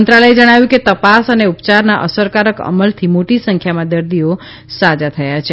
મંત્રાલયે જણાવ્યું છે કે તપાસ અને ઉપચારના અસરકારક અમલથી મોટી સંખ્યામાં દર્દીઓ સાજા થયા છે